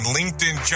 LinkedIn